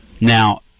Now